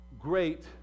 great